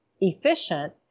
efficient